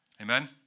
Amen